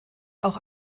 auch